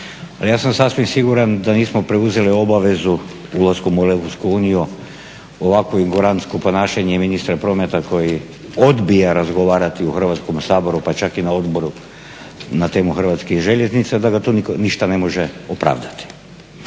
ja sam sasvim siguran da nismo preuzeli obavezu ulaskom u Europsku uniju ovakvim ignorantskim ponašanjem ministra prometa koji odbija razgovarati u Hrvatskom saboru, pa čak i na odboru na temu Hrvatskih željeznica, da ga to ništa ne može opravdati.